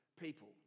people